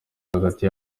hagati